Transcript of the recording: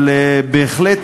אבל בהחלט,